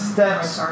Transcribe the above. Steps